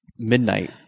Midnight